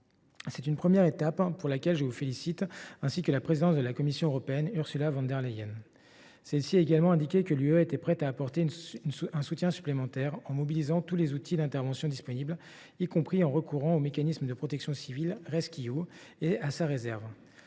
d’une première étape et je vous en félicite, ainsi que la présidente de la Commission européenne, Ursula von der Leyen. Celle ci a également indiqué que l’Union européenne était prête à apporter un soutien supplémentaire en mobilisant tous les outils d’intervention disponibles, y compris en recourant au mécanisme de protection civile RescUE et à sa réserve.